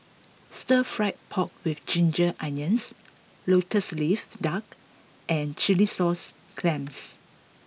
stir Fry Pork with Ginger Onions Lotus Leaf Duck and Chilli Sauce Clams